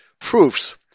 proofs